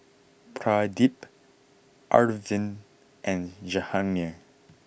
Pradip Arvind and Jahangir